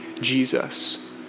Jesus